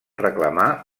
reclamar